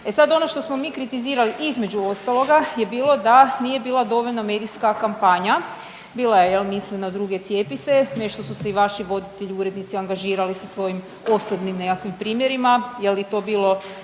E sad ono što smo mi kritizirali između ostaloga je bilo da nije bila dovoljna medijska kampanja, bila je jel Mislim na druge cijepi se, nešto su se i vaši voditelji i urednici angažirali sa svojim osobnim nekakvim primjerima je li to bilo